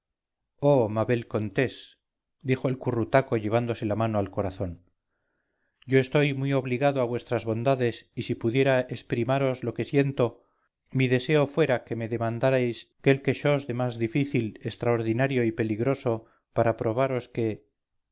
oh ma belle contesse dijo el currutaco llevándose la mano al corazón yo estoy muyobligado a vuestras bondades y si pudiera exprimaros lo que siento mi deseo fuera que me demandaríais quelque chose de más difícil extraordinario y peligroso para probaros que